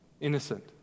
innocent